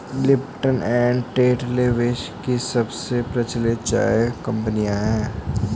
Lipton and Tetley विश्व की सबसे प्रचलित चाय कंपनियां है